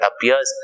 appears